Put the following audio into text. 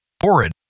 horrid